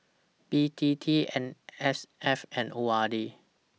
B T T M S F and O R D